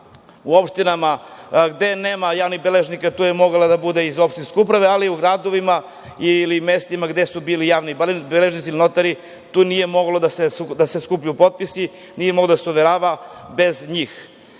U opštinama gde nema javnih beležnika tu je mogla da bude iz opštinske uprave, ali u gradovima ili mestima gde su bili javni beležnici ili notari, tu nisu mogli da se skupljaju potpisi, nije moglo da se overava bez njih. Kada